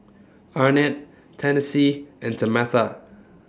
Arnett Tennessee and Tamatha